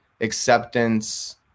Acceptance